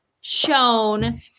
shown